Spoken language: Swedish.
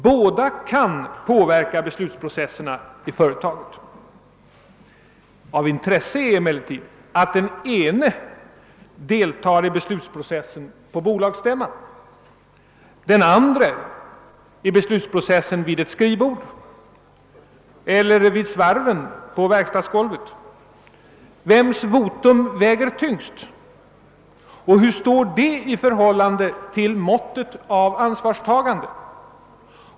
Båda kan påverka beslutsprocesserna i företaget. Av intresse är emellertid att den ene deltar i beslutsprocessen på bolagsstämman, den andre i beslutsprocessen vid ett skrivbord eller vid svarven på verkstadsgolvet. Vems votum väger tyngst och vilket utslag ger det i förhållande till måttet av ansvarstagande?